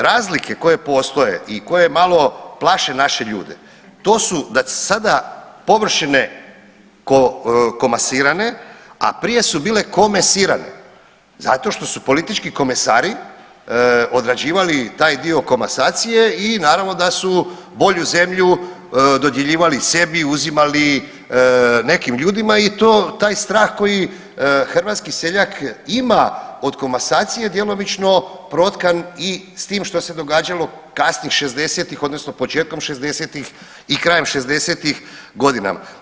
Razlike koje postoje i koje malo plaše naše ljude to su da sada površine komasirane, a prije su bile komesirane zato što su politički komesari odrađivali taj dio komasacije i naravno da su bolju zemlju dodjeljivali sebi, uzimali nekim ljudima i to, taj strah koji hrvatski seljak ima od komasacije djelomično protkan i s tim što se događa kasnih '60.-ih odnosno početkom '60.-ih i krajem '60.-ih godinama.